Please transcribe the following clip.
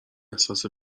احساس